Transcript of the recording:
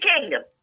kingdom